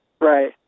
Right